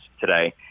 today